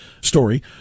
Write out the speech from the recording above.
story